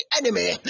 enemy